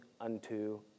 unto